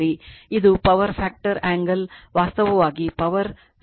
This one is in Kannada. ಇದು ಪವರ್ ಫ್ಯಾಕ್ಟರ್ ಆಂಗಲ್ ವಾಸ್ತವವಾಗಿ ಪವರ್ ಫ್ಯಾಕ್ಟೊರಾಂಗಲ್